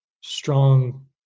strong